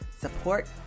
support